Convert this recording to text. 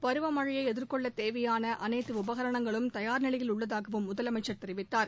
பருவமழையை எதிர்கொள்ள தேவையான அனைத்து உபரணங்களும் தயார் நிலையில் உள்ளதாகவும் முதலமைச்சர் தெரிவித்தார்